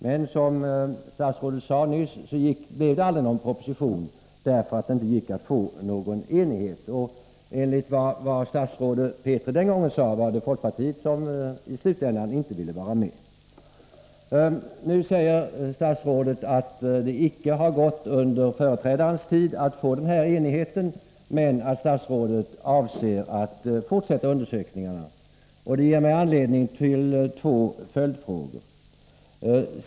Men som statsrådet sade nyss blev det aldrig någon proposition, därför att det inte gick att få någon enighet. Enligt vad statsrådet Petri den gången sade var det folkpartiet som i slutändan inte ville vara med. Nu säger statsrådet att det inte under företrädarens tid har gått att få enighet men att statsrådet avser att fortsätta undersökningarna. Det ger mig anledning till två följdfrågor.